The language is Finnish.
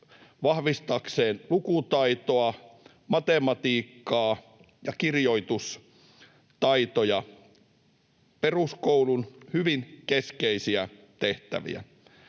vahvistaakseen lukutaitoa, matematiikkaa ja kirjoitustaitoja, peruskoulun hyvin keskeisiä tehtäviä